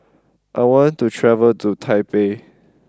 I want to travel to Taipei